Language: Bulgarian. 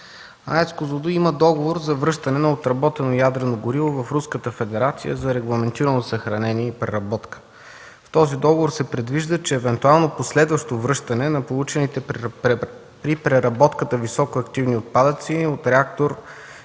АЕЦ „Козлодуй” има договор за връщане на отработено ядрено гориво в Руската федерация за регламентирано съхранение и преработка. В този договор се предвижда, че евентуално последващо връщане на получените при преработката високоактивни отпадъци от реактор